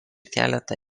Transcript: keletą